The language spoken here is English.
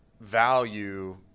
value